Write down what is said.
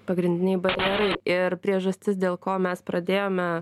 pagrindiniai barjerai ir priežastis dėl ko mes pradėjome